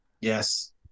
Yes